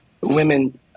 women